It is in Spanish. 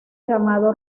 llamado